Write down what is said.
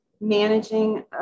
Managing